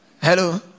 Hello